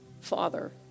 father